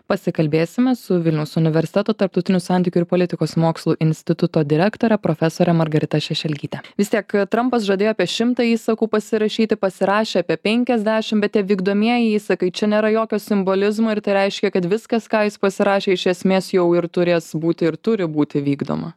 pasikalbėsime su vilniaus universiteto tarptautinių santykių ir politikos mokslų instituto direktore profesore margarita šešelgyte vis tiek trampas žadėjo apie šimtą įsakų pasirašyti pasirašė apie penkiasdešim bet tie vykdomieji įsakai čia nėra jokio simbolizmo ir tai reiškia kad viskas ką jis pasirašė iš esmės jau ir turės būti ir turi būti vykdoma